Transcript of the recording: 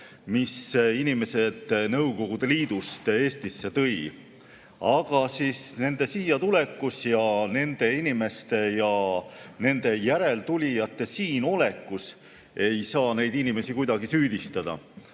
mis inimesed mujalt Nõukogude Liidust Eestisse tõi. Aga nende siia tulekus ja nende inimeste ja nende järeltulijate siin olekus ei saa neid inimesi kuidagi süüdistada.